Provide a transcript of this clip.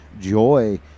joy